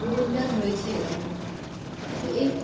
গুঞ্জন রয়েছে এরকম তো এই